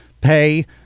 pay